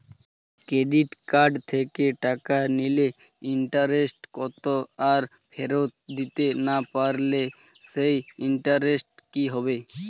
Credit card থেকে টাকা নিলে ইন্টারেস্ট কত আর ফেরত দিতে না পারলে সেই ইন্টারেস্ট কি হবে?